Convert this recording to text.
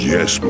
Yes